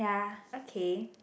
ya okay